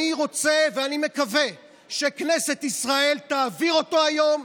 אני רוצה ואני מקווה שכנסת ישראל תעביר אותו היום,